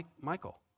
Michael